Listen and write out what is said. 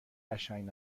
قشنگ